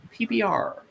pbr